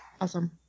awesome